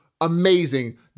amazing